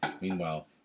Meanwhile